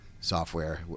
software